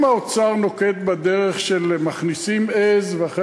אם האוצר נוקט בדרך של מכניסים עז כדי שאחר